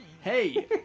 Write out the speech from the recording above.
hey